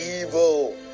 evil